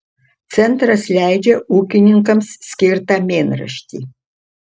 centras leidžia ūkininkams skirtą mėnraštį